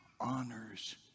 honors